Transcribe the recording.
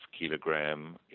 kilogram